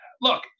look